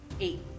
eight